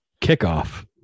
kickoff